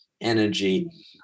energy